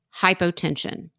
hypotension